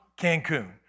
Cancun